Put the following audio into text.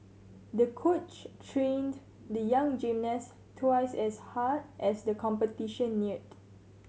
the coach trained the young gymnast twice as hard as the competition neared